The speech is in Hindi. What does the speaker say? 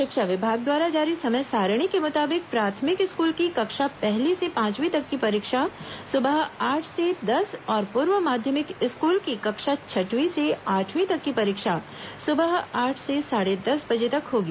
शिक्षा विभाग द्वारा जारी समय सारिणी के मुताबिक प्राथमिक स्कूल की कक्षा पहली से पांचवीं तक की परीक्षा सुबह आठ से दस और पूर्व माध्यमिक स्कूल की कक्षा छठवीं से आठवीं तक की परीक्षा सुबह आठ से साढ़े दस बजे तक होगी